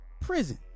Prison